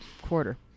quarter